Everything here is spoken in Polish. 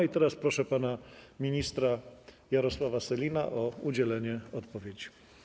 I teraz proszę pana ministra Jarosława Sellina o udzielenie odpowiedzi.